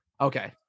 okay